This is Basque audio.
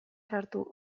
sartu